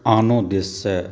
आनो देशसऽ